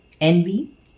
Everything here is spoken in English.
Envy